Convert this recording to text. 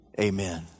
Amen